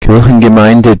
kirchengemeinde